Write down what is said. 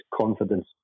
confidence